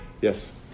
Yes